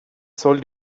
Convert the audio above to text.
soll